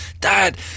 Dad